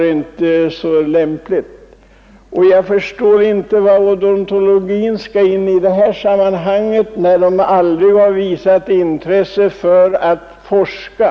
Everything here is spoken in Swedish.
Jag förstår 14 april 1972 inte varför odontologin skall tas med i detta sammanhang när man inom ———— den fakulteten aldrig visat intresse för att forska.